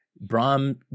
brahm